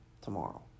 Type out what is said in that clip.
tomorrow